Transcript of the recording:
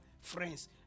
friends